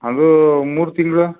ಅದು ಮೂರು ತಿಂಗಳು